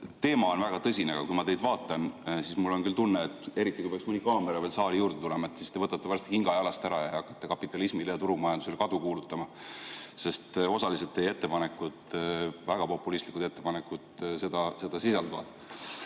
Teema on väga tõsine, aga kui ma teid vaatan, siis mul on küll tunne, et eriti kui peaks mõni kaamera veel saali juurde tulema, siis te võtate varsti kinga jalast ära ja hakkate kapitalismile ja turumajandusele kadu kuulutama, sest teie ettepanekud, väga populistlikud ettepanekud, osaliselt seda sisaldavad.